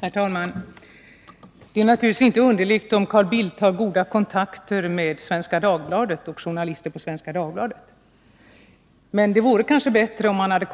Herr talman! Det är naturligtvis inte underligt om Carl Bildt har goda kontakter med Svenska Dagbladet och journalister där. Men det vore bättre om han hade